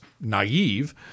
naive